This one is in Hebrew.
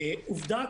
עובדה,